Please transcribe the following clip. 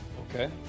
Okay